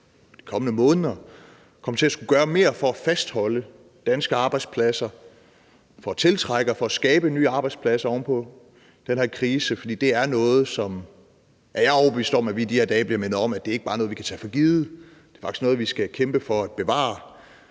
de kommende måneder kommer til at skulle gøre mere for at fastholde danske arbejdspladser, for at tiltrække og for at skabe nye arbejdspladser oven på den her krise. For det er noget, som jeg er overbevist om at vi i de her dage bliver mindet om ikke bare er noget, vi kan tage for givet. Det er faktisk noget, vi skal kæmpe for at bevare,